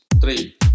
three